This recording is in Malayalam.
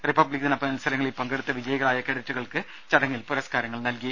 റിപ്പബ്ലിക്ദിന മത്സരങ്ങളിൽ പങ്കെടുത്ത് വിജയികളായ കേഡറ്റുകൾക്ക് ചടങ്ങിൽ പുരസ്കാരം നൽകി